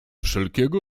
wszelkiego